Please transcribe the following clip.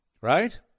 right